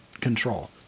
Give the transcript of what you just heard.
control